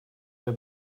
wer